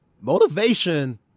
motivation